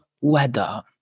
weather